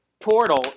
portal